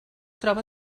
troba